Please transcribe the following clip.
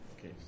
okay